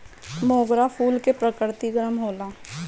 मोगरा फूल के प्रकृति गरम होला